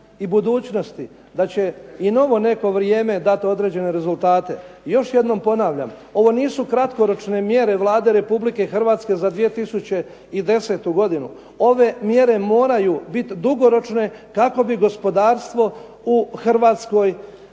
i budućnosti da će i novo neko vrijeme dati određene rezultate. Još jednom ponavljam, ovo nisu kratkoročne mjere Vlade Republike Hrvatske za 2010. godinu. Ove mjere moraju biti dugoročne kako bi gospodarstvo u Hrvatskoj